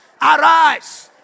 Arise